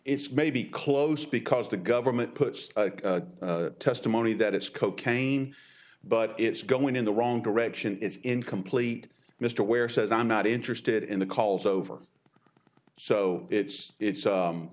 it's maybe close because the government puts testimony that it's cocaine but it's going in the wrong direction it's incomplete mr ware says i'm not interested in the calls over so it's it's